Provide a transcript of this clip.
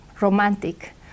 romantic